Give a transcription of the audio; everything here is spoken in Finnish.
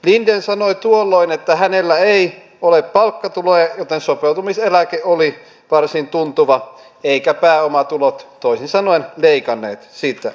linden sanoi tuolloin että hänellä ei ole palkkatuloja joten sopeutumiseläke oli varsin tuntuva eivätkä pääomatulot toisin sanoen leikanneet sitä